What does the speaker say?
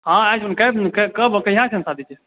अहाँ आबिजेबै ने कै कै कब कहिया शादी छियै